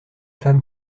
femme